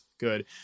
Good